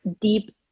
deep